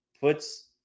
puts